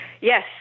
Yes